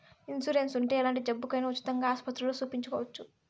insurance ఉంటే ఎలాంటి జబ్బుకైనా ఉచితంగా ఆస్పత్రుల్లో సూపించుకోవచ్చు